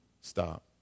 stop